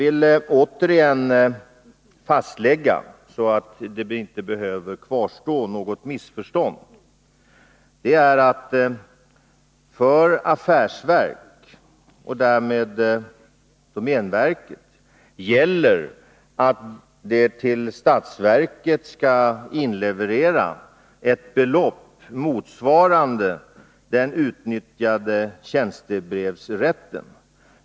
För att inte något missförstånd skall kvarstå vill jag återigen slå fast att för affärsverk, däribland domänverket, gäller att dessa till statsverket skall inleverera ett belopp motsvarande den utnyttjade tjänstebrevsrätten.